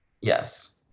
Yes